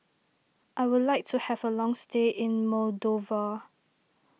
I would like to have a long stay in Moldova